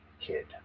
kid